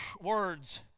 Words